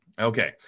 Okay